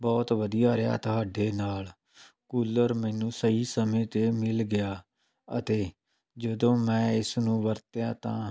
ਬਹੁਤ ਵਧੀਆ ਰਿਹਾ ਤੁਹਾਡੇ ਨਾਲ ਕੂਲਰ ਮੈਨੂੰ ਸਹੀ ਸਮੇਂ 'ਤੇ ਮਿਲ ਗਿਆ ਅਤੇ ਜਦੋਂ ਮੈਂ ਇਸ ਨੂੰ ਵਰਤਿਆ ਤਾਂ